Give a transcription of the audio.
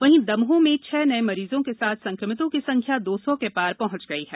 वहीं दमोह में छह नये मरीजों के साथ संकमितों की संख्या दो सौ के पार पहुंच गई है